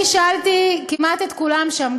אני שאלתי כמעט את כולם שם,